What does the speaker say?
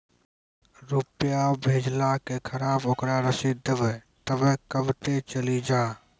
रुपिया भेजाला के खराब ओकरा रसीद देबे तबे कब ते चली जा?